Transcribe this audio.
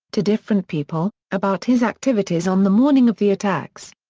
to different people, about his activities on the morning of the attacks.